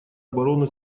обороны